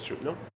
No